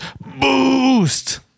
BOOST